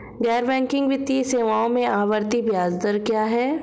गैर बैंकिंग वित्तीय सेवाओं में आवर्ती ब्याज दर क्या है?